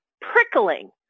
prickling